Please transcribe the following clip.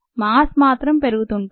మాస్మాత్రం పెరుగుతుంటుంది